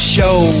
Show